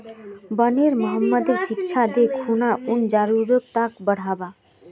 वनेर महत्वेर शिक्षा दे खूना जन जागरूकताक बढ़व्वा